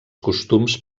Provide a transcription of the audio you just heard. costums